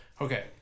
okay